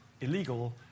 illegal